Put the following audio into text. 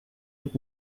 with